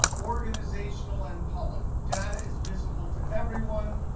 organizational, and public data is visible to everyone,